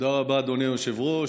תודה רבה, אדוני היושב-ראש.